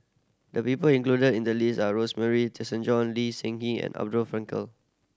the people included in the list are Rosemary Tessensohn Lee Seng and Abraham Frankel